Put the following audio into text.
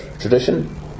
tradition